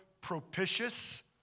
propitious